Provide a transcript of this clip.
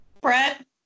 brett